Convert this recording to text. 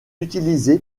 utilisé